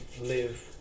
live